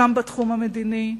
גם בתחום המדיני,